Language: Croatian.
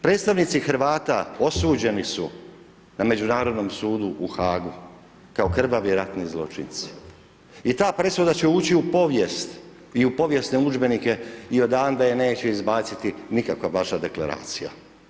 Predstavnici Hrvata osuđeni su na Međunarodnom sudu u Hagu kao krvavi ratni zločinci i ta presuda će ući u povijest i u povijesne udžbenike i odande je neće izbaciti nikakva vaša Deklaracija.